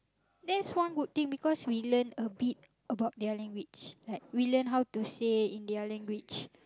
that's one good thing because we learn a bit about their language like we learn how to say in their language